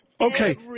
Okay